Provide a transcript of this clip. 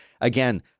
again